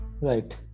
Right